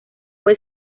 fue